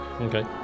Okay